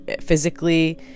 physically